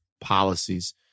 policies